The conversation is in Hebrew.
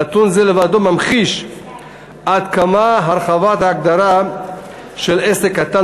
נתון זה לבדו מעיד עד כמה הרחבת ההגדרה של עסק קטן